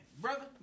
brother